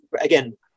again